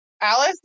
Alice